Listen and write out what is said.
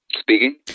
Speaking